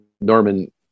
Norman